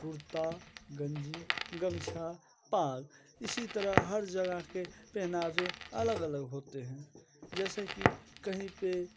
कुर्ता गंजी गमछा पाग इसी तरह हर जगह के पहनावे अलग अलग होते हैं जैसे कि कहीं पे